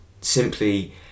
simply